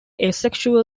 asexual